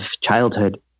childhood